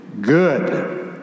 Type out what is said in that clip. good